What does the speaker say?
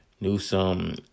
Newsom